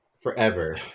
forever